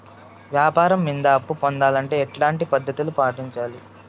వ్యాపారం మీద అప్పు పొందాలంటే ఎట్లాంటి పద్ధతులు పాటించాలి?